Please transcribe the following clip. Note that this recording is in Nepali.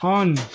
अन